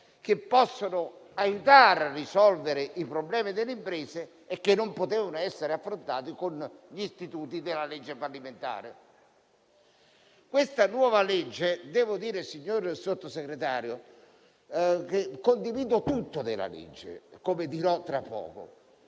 che possono aiutare a risolvere i problemi delle imprese e che non potevano essere affrontati con gli istituti della legge fallimentare. Devo dire, signor Sottosegretario, che condivido tutto della nuova legge, come dirò tra poco.